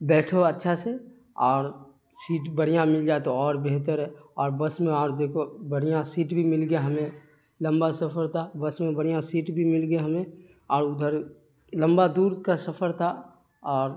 بیٹھو اچھا سے اور سیٹ بڑھیا مل جائے تو اور بہتر ہے اور بس میں اور دیکھو بڑھیا سیٹ بھی مل گیا ہمیں لمبا سفر تھا بس میں بڑھیا سیٹ بھی مل گیا ہمیں اور ادھر لمبا دور کا سفر تھا اور